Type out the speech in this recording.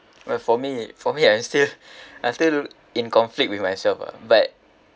but for me for me I'm still I'm still in conflict with myself ah but